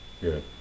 Good